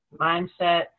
mindset